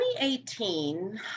2018